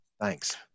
Thanks